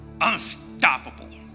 unstoppable